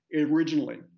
originally